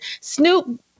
Snoop